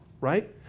right